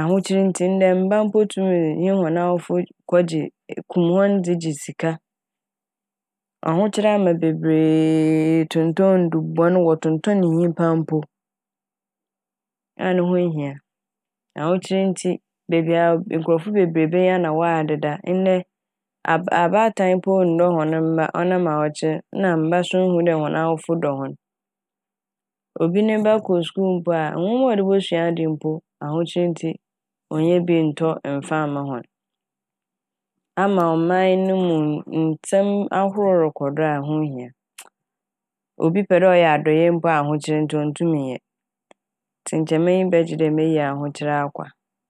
Ahokyer ntsi ndɛ mba mpo tum dz-nye hɔn awofo kɔgye- kum hɔn dze gye sika. Ahokyer ama bebree tontɔɔn ndubɔn, wɔtontɔɔn nyimpa mpo a no ho nnhia. Ahokyer ntsi beebi a nkorɔfo bebree benya bi a na wɔadeda. Ndɛ abaatan mpo nndɔ hɔn mba ɔnam ahokyer na mba so nnhu dɛ hɔn awofo dɔ hɔn. Obi ne mba kɔ skuul a mpo a nwoma a wɔde bosua adze mpo ahokyer ntsi wonnya bi nntɔ mmfa mma hɔn ama ɔman ne mu nsɛm ahorow rokɔ do a onnhia. Obi pɛ dɛ ɔyɛ adɔyɛ mpo a ahokyer ntsi onntum nnyɛ ntsi nkyɛ m'enyi bɛgye dɛ meyi ahokyer akwa.